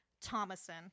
thomason